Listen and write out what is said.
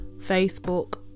Facebook